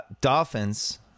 Dolphins